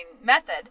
method